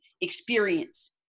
experience